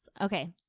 Okay